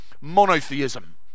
monotheism